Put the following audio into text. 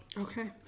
okay